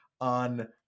on